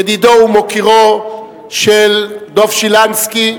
ידידו ומוקירו של דב שילנסקי,